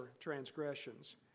transgressions